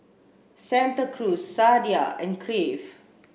Santa Cruz Sadia and Crave